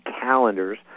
calendars